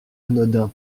anodin